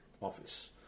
office